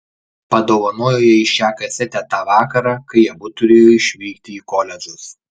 padovanojo jai šią kasetę tą vakarą kai abu turėjo išvykti į koledžus